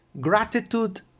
gratitude